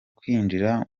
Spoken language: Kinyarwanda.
kwinjira